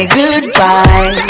goodbye